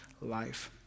life